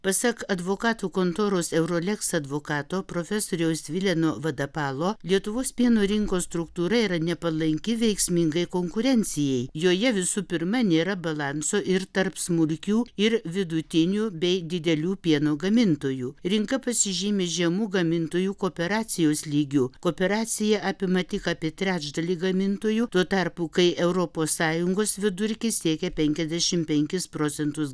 pasak advokatų kontoros euroleks advokato profesoriaus vileno vadapalo lietuvos pieno rinkos struktūra yra nepalanki veiksmingai konkurencijai joje visų pirma nėra balanso ir tarp smulkių ir vidutinių bei didelių pieno gamintojų rinka pasižymi žemu gamintojų kooperacijos lygiu kooperacija apima tik apie trečdalį gamintojų tuo tarpu kai europos sąjungos vidurkis siekia penkiasdešimt penki procentus